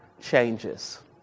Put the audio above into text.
changes